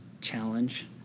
challenge